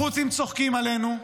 הח'ותים צוחקים עלינו.